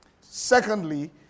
Secondly